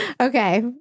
okay